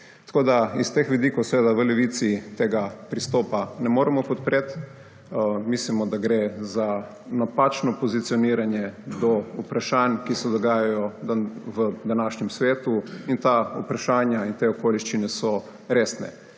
Tako, da iz teh vidikov seveda v Levici tega pristopa ne moremo podpreti. Mislimo, da gre za napačno pozicioniranje do vprašanj, ki se dogajajo v današnjem svetu in ta vprašanja in te okoliščine so resne.